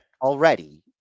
Already